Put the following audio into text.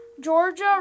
Georgia